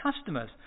customers